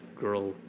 girl